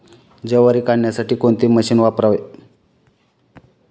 ज्वारी काढण्यासाठी कोणते मशीन वापरावे?